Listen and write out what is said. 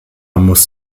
muss